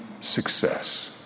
success